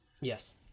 Yes